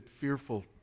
fearful